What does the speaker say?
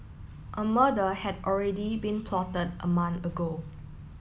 a murder had already been plotted a month ago